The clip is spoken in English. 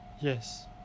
Yes